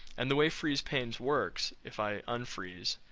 and the way freeze panes works, if i unfreeze,